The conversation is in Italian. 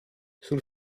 sul